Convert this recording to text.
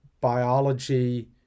biology